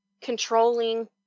controlling